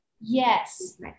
yes